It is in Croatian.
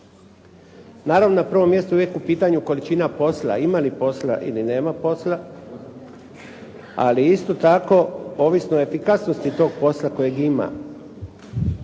Naravno na prvom mjestu uvijek u pitanju količina posla. Ima li posla ili nema posla, ali isto tako ovisno o efikasnosti tog posla kojeg ima,